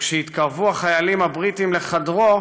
וכשהתקרבו החיילים הבריטים לחדרו